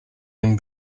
jim